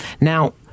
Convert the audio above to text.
Now